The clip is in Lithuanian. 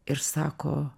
ir sako